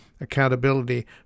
Accountability